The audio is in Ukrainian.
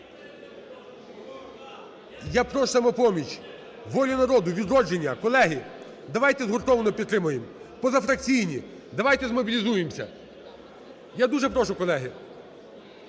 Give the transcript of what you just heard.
я прошу "Самопоміч", "Волю народу", "Відродження". Колеги, давайте згуртовано підтримаємо, позафракційні, давайте змобілізуємося. Я дуже прошу, колеги.